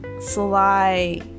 sly